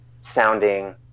sounding